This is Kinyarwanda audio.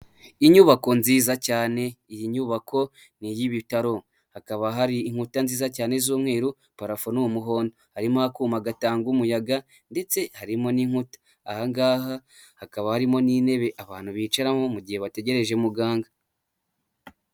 Inyubako nziza cyane, iyi nyubako ni iy'ibitaro, hakaba hari inkuta nziza cyane z'umweru, parafo ni umuhondo, harimo akuma gatanga umuyaga, ndetse harimo n'inkuta, ahangaha hakaba harimo n'intebe abantu bicaramo mu gihe bategereje muganga.